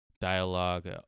dialogue